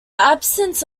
absence